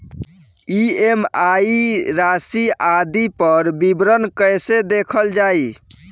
EMI राशि आदि पर विवरण कैसे देखल जाइ?